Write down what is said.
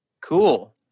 Cool